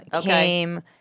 came